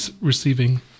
receiving